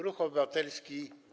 Ruch Obywatelski.